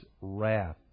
wrath